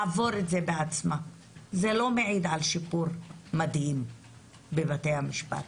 זה לא מעיד על שיפור מדהים בבתי המשפט